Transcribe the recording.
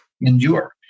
endure